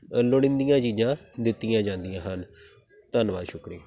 ਲੋੜੀਂਦੀਆਂ ਚੀਜ਼ਾਂ ਦਿੱਤੀਆਂ ਜਾਂਦੀਆਂ ਹਨ ਧੰਨਵਾਦ ਸ਼ੁਕਰੀਆ